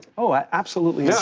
oh, absolutely. yeah,